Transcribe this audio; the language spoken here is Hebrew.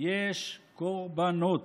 יש קורבנות.